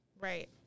Right